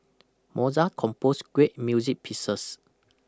Mozart composed great music pieces